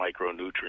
micronutrients